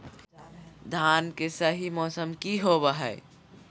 धान के सही मौसम की होवय हैय?